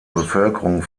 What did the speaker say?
bevölkerung